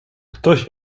ktoś